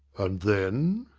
then?